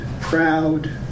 proud